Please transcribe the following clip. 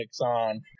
on